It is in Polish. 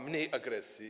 Mniej agresji.